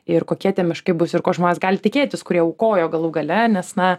ir kokie tie miškai bus ir ko žmonės gali tikėtis kurie aukojo galų gale nes na